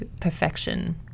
perfection